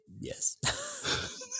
Yes